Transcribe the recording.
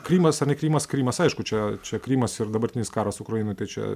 krymas ar ne krymas krymas aišku čia čia krymas ir dabartinis karas ukrainoj tai čia